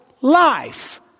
Life